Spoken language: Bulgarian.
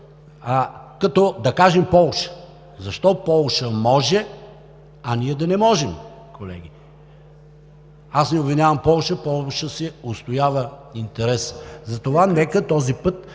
кажем, като Полша. Защо Полша може, а ние да не можем, колеги? Аз не обвинявам Полша, тя си отстоява интереса. Затова нека този път